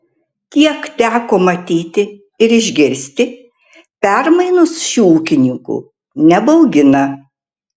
kiek teko matyti ir išgirsti permainos šių ūkininkų nebaugina